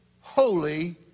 holy